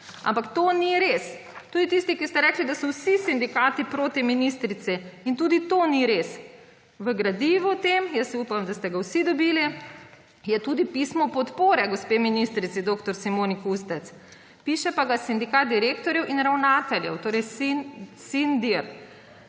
Ampak to ni res. Rekli ste, da so vsi sindikati proti ministrici, in tudi to ni res. V gradivu, jaz upam, da ste ga vsi dobili, je tudi pismo podpore gospe ministrici dr. Simoni Kustec, piše pa ga Sindikat direktorjev in ravnateljev, torej Sindir.